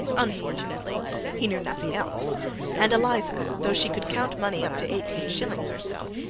unfortunately he knew nothing else and eliza, though she could count money up to eighteen shillings or so,